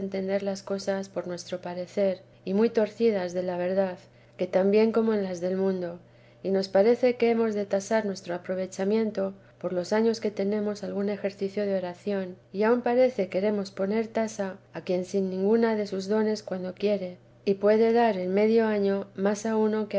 entender las cosas por nuestro parecer y muy torcidas de la verdad también como en las del mundo y nos parece que hemos de tasar nuestro aprovechamiento por los años que tenemos algún ejercicio de oración y aun parece queremos poner tasa a quien sin ninguna da sus dones cuando quii dar en medio año más a uno